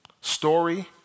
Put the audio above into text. story